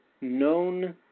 known